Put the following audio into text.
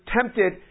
tempted